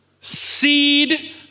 seed